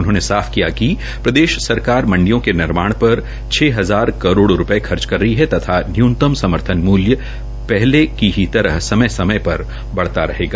उन्होंने साफ किया कि प्रदेश सरकार मंडियों के निर्माण पर छह हजार करोड रूपये खर्च कर रही है तथा न्यूनतम समर्थन मूल्य पहले की तरह समय समय पर बढता रहेगा